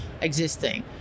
existing